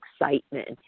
excitement